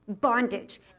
bondage